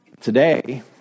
today